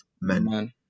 men